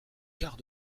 quart